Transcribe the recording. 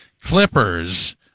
Clippers